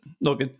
look